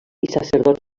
sacerdot